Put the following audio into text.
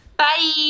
bye